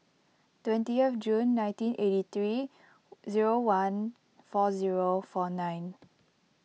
twentieth June nineteen eighty three zero one four zero four nine